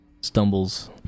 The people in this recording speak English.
stumbles